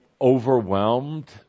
overwhelmed